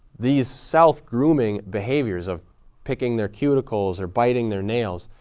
these self-grooming behaviors of picking their cuticles or biting their nails,